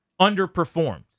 underperformed